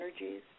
energies